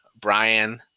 Brian